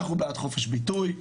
אנחנו בעד חופש ביטוי,